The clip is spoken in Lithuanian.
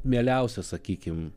mieliausia sakykime